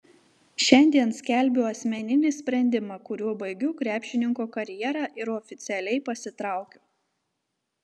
šiandien skelbiu asmeninį sprendimą kuriuo baigiu krepšininko karjerą ir oficialiai pasitraukiu